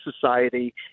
society